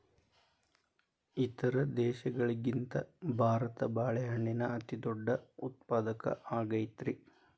ಇತರ ದೇಶಗಳಿಗಿಂತ ಭಾರತ ಬಾಳೆಹಣ್ಣಿನ ಅತಿದೊಡ್ಡ ಉತ್ಪಾದಕ ಆಗೈತ್ರಿ